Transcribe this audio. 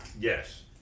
yes